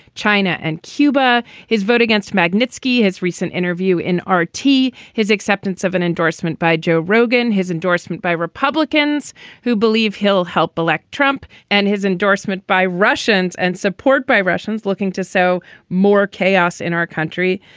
china and cuba. his vote against magnitsky. his recent interview in r t. his acceptance of an endorsement by joe rogan his endorsement by republicans who believe he'll help elect trump and his endorsement by russians and support by russians looking to sow more chaos in our country.